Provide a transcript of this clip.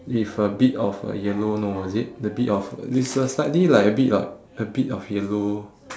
with a bit of uh yellow no is it a bit of it's a slightly like a bit like a bit of yellow